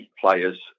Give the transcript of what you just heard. players